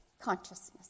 consciousness